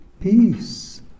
peace